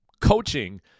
Coaching